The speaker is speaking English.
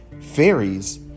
fairies